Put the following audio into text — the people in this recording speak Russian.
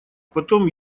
потом